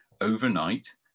overnight